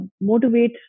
motivate